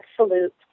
absolute